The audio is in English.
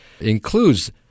includes